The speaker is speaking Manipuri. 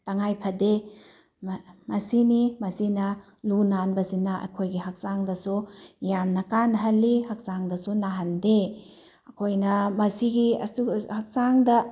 ꯇꯉꯥꯏ ꯐꯗꯦ ꯃꯁꯤꯅꯤ ꯃꯁꯤꯅ ꯂꯨ ꯅꯥꯟꯕꯁꯤꯅ ꯑꯩꯈꯣꯏꯒꯤ ꯍꯛꯆꯥꯡꯗꯁꯨ ꯌꯥꯝꯅ ꯀꯥꯟꯅꯍꯜꯂꯤ ꯍꯛꯆꯥꯡꯗꯁꯨ ꯅꯥꯍꯟꯗꯦ ꯑꯩꯈꯣꯏꯅ ꯃꯁꯤꯒꯤ ꯍꯛꯆꯥꯡꯗ